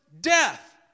death